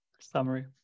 summary